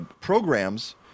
programs